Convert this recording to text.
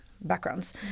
backgrounds